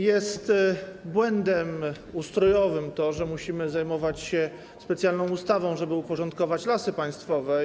Jest błędem ustrojowym to, że musimy zajmować się specjalną ustawą, żeby uporządkować sprawy Lasów Państwowych.